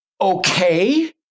Okay